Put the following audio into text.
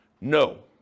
No